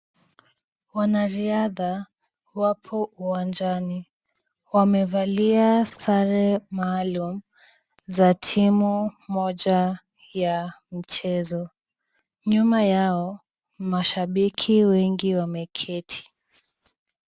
Wanariadha wapo uwanjani. Wamevalia sare maalum za timu moja ya mchezo. Nyuma yao, mashabiki wengi wameketi.